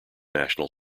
national